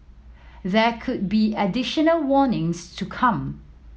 there could be additional warnings to come